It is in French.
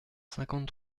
cinquante